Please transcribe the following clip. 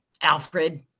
Alfred